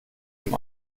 zum